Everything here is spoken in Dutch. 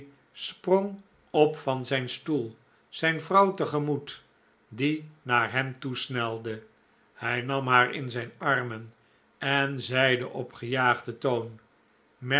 sprong op van zijn stoel zijn vrouw tegemoet die naar hem toe snelde hij nam haar in zijn armen en zeide op gejaagden toon